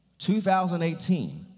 2018